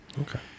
Okay